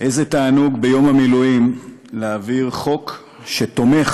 איזה תענוג ביום המילואים להעביר חוק שתומך